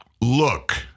look